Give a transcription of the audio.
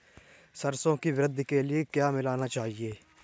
सरसों की वृद्धि के लिए क्या मिलाना चाहिए?